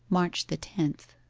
march the tenth